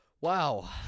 Wow